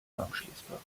bankschließfach